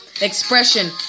Expression